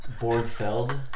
Borgfeld